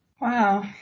Wow